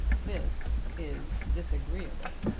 this is disagreeable.